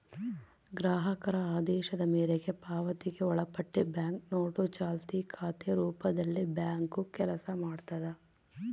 ಗ್ರಾಹಕರ ಆದೇಶದ ಮೇರೆಗೆ ಪಾವತಿಗೆ ಒಳಪಟ್ಟಿ ಬ್ಯಾಂಕ್ನೋಟು ಚಾಲ್ತಿ ಖಾತೆ ರೂಪದಲ್ಲಿಬ್ಯಾಂಕು ಕೆಲಸ ಮಾಡ್ತದ